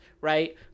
Right